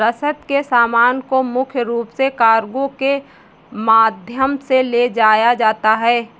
रसद के सामान को मुख्य रूप से कार्गो के माध्यम से ले जाया जाता था